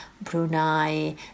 Brunei